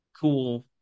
Cool